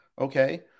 Okay